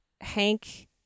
Hank